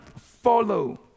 follow